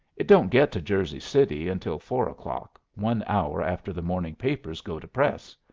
it don't get to jersey city until four o'clock, one hour after the morning papers go to press.